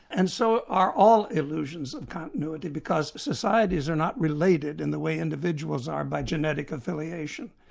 and so are all illusions of continuity, because societies are not related in the way individuals are, by genetic affiliation.